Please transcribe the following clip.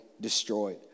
destroyed